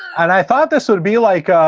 and i thought this would be like,